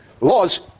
laws